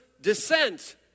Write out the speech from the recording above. descent